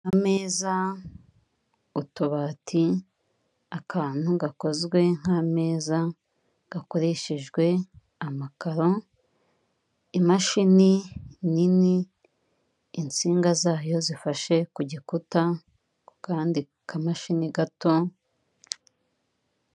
Ameza, utubati, akantu gakozwe nk'ameza gakoreshejwe amakaro, imashini nini, insinga zayo zifashe ku gikuta ku kandi kamashini gato.